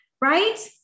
right